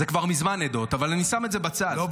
זה כבר מזמן עדות, אבל אני שם את זה בצד.